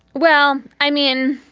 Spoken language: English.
well, i mean,